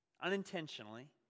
unintentionally